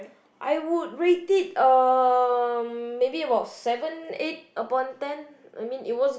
I would rate it um maybe about seven eight upon ten I mean it was